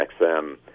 XM